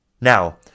Now